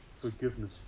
forgiveness